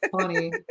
funny